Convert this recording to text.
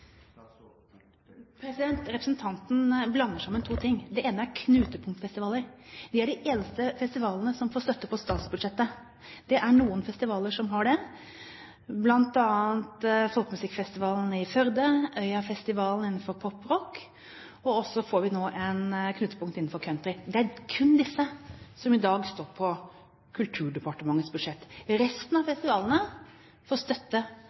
Representanten blander sammen to ting. Det ene er knutepunktfestivaler. Det er de eneste festivalene som får støtte på statsbudsjettet. Det er noen festivaler som har det, bl.a. Folkemusikkfestivalen i Førde, Øyafestivalen innenfor pop og rock, og så får vi nå en knutepunktfestival innenfor country. Det er kun disse som i dag står på Kulturdepartementets budsjett. Resten av festivalene får støtte